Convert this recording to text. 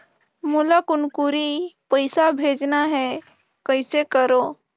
मोला कुनकुरी पइसा भेजना हैं, कइसे करो?